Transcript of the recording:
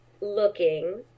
looking